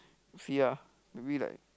see ah maybe like